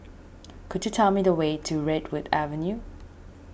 could you tell me the way to Redwood Avenue